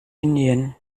indien